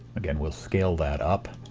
again, we'll scale that up,